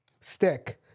stick